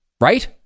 Right